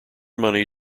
money